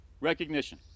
Recognition